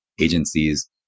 agencies